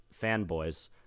fanboys